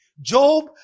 Job